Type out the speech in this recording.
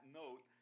note